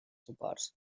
suports